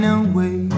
away